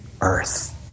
earth